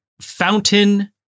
fountain